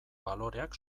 baloreak